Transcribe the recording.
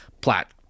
Platt